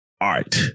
Art